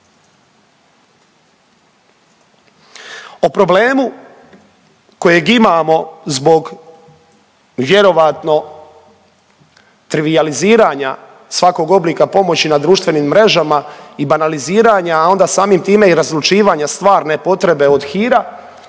O problemu kojeg imamo zbog vjerojatno trivijaliziranja svakog oblika pomoći na društvenim mrežama i banaliziranja, a onda samim time i razlučivanja stvarne potrebe od hira